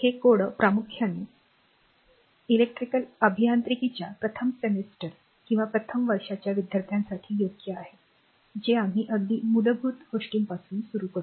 हे कोड प्रामुख्याने इलेक्ट्रिकल अभियांत्रिकीच्या प्रथम सेमिस्टर किंवा प्रथम वर्षाच्या विद्यार्थ्यांसाठी योग्य आहेत जे आम्ही अगदी मूलभूत गोष्टीपासून सुरू करू